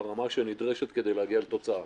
ברמה שנדרשת כדי להגיע לתוצאה.